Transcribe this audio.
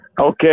Okay